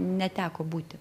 neteko būti